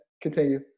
continue